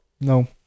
No